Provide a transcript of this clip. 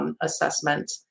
assessment